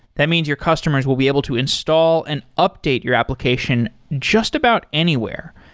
that means your customers will be able to install and update your application just about anywhere.